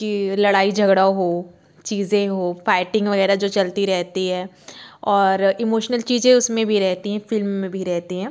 की लड़ाई झगड़ा हो चीज़ें हो फाइटिंग वगैरह जो चलती रहती है और इमोशनल चीज़ें भी उसमें भी रहती हैं फिल्म में भी रहती हैं